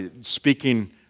speaking